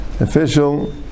Official